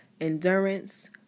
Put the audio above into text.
endurance